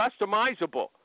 customizable